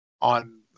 on